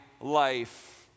life